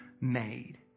made